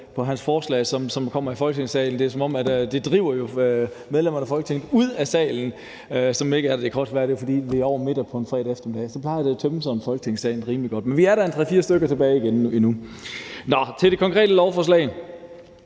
på de forslag, som han kommer med i Folketingssalen. Det er jo, som om det driver medlemmerne af Folketinget ud af salen. Det kan også være, fordi det er over middag på en fredag eftermiddag; det plejer at tømme Folketingssalen sådan rimelig godt. Men vi er da tre-fire stykker tilbage endnu. Nå, med hensyn til det konkrete lovforslag